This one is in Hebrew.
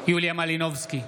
יוליה מלינובסקי,